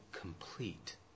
complete